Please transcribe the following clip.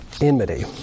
enmity